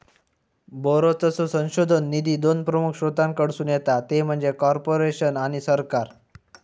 बरोचसो संशोधन निधी दोन प्रमुख स्त्रोतांकडसून येता ते म्हणजे कॉर्पोरेशन आणि सरकार